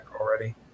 already